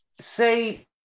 say